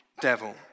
devil